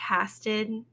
casted